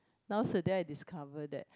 nowadays I discover that